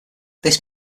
this